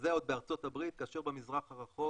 וזה עוד בארצות הברית כאשר במזרח הרחוק